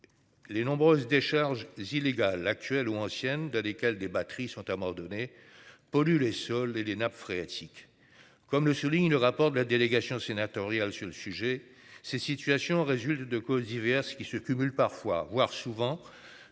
Les nombreuses décharges illégales actuelle ou ancienne dans lesquelles des batteries sont abandonnés polluent les sols et les nappes phréatiques. Comme le souligne le rapport de la délégation sénatoriale sur le sujet ces situations résultent de causes diverses qui se cumulent parfois voire souvent